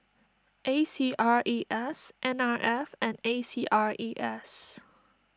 A C R E S N R F and A C R E S